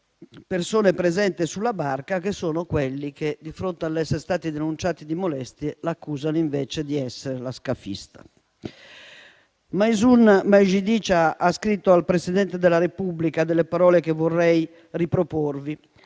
persone presenti sulla barca, che sono quelli che, di fronte all'essere stati denunciati di molestie, l'accusano invece di essere la scafista. Maysoon Majidi ha scritto al Presidente della Repubblica delle parole che vorrei riproporvi: